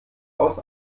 aus